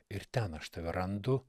ir ten aš tave randu